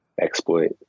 exploit